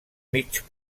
mig